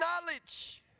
knowledge